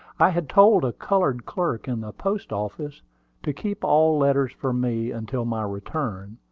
i had told a colored clerk in the post-office to keep all letters for me until my return,